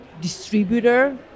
distributor